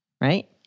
right